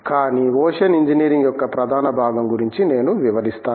కానీ ocean engineering యొక్క ప్రధాన భాగం గురించి నేను వివరిస్తాను